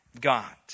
God